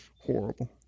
Horrible